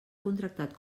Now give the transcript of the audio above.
contractat